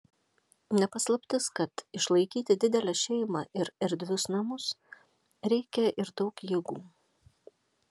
ne paslaptis kad išlaikyti didelę šeimą ir erdvius namus reikia ir daug jėgų